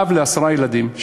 אב לעשרה ילדים,